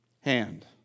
hand